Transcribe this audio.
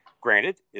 Granted